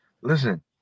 Listen